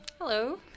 Hello